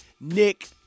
Nick